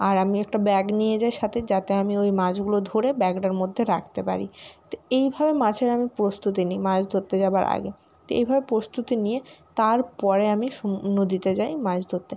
আর আমি একটা ব্যাগ নিয়ে যাই সাথে যাতে আমি ওই মাছগুলো ধরে ব্যাগটার মধ্যে রাখতে পারি তো এইভাবে মাছের আমি প্রস্তুতি নিই মাছ ধরতে যাবার আগে তো এভাবে প্রস্তুতি নিয়ে তারপরে আমি নদীতে যাই মাছ ধরতে